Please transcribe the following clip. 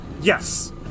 Yes